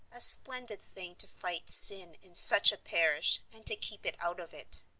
a splendid thing to fight sin in such a parish and to keep it out of it.